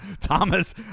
Thomas